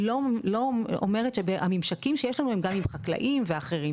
לא אומרת שהממשקים שיש לנו הם גם עם חקלאים ואחרים.